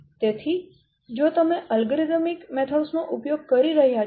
તેથી જો તમે અલ્ગોરિધમ પદ્ધતિઓ નો ઉપયોગ કરી રહ્યાં છો